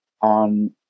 on